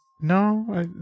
No